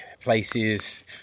places